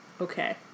Okay